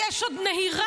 יש עוד נהירה,